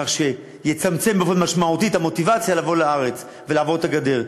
כך שזה יצמצם באופן משמעותי את המוטיבציה לבוא לארץ ולעבור את הגדר.